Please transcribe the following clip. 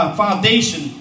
foundation